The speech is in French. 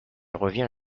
revient